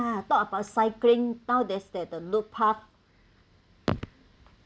talk about cycling now that's there the road path